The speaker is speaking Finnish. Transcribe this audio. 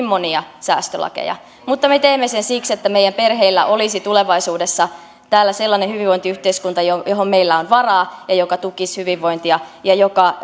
monia säästölakeja mutta me teemme sen siksi että meidän perheillä olisi tulevaisuudessa täällä sellainen hyvinvointiyhteiskunta johon johon meillä on varaa ja joka tukisi hyvinvointia ja joka